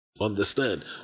understand